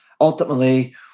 ultimately